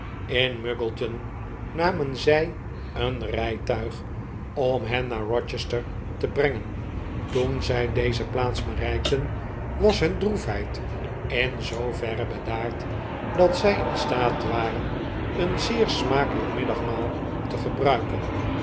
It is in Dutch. in muggleton namen zij een rijtuig om hen naar rochester te brengen toen zij deze plaats bereikten was hun droefheid in zooverre bedaard dat zij in staat waren een zeer smakelijk middagmaal te gebruiken